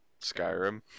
Skyrim